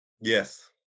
Yes